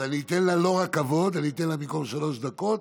אני אתן לה לא רק כבוד, ובמקום שלוש דקות,